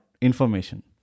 information